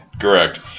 correct